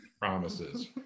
promises